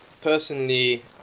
personally